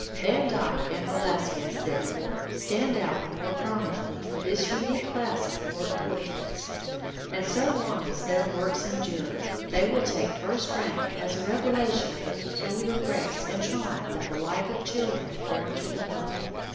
van dyck and velasquez, therefore, stand out the more prominently for this unique class of court portraits and so long as their works endure, they will take first rank as a revelation of the peculiar grace and charm of the life of children born to the purple.